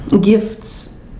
gifts